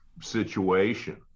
situation